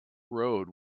road